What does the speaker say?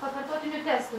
pakartotinių testų